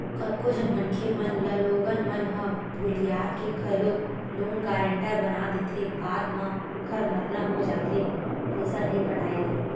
कतको झन मनखे मन ल लोगन मन ह भुलियार के घलोक लोन गारेंटर बना देथे बाद म ओखर मरना हो जाथे पइसा नइ पटाय ले